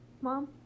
Mom